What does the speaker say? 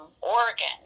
Oregon